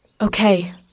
Okay